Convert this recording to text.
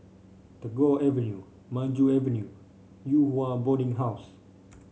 Tagore Avenue Maju Avenue Yew Hua Boarding House